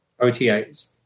OTAs